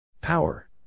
Power